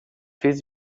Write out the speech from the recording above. vezes